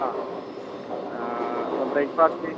ആ അപ്പം ബ്രേക്ക്ഫാസ്റ്റ്